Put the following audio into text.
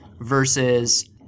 versus